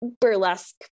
burlesque